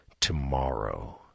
tomorrow